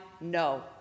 no